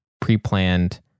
pre-planned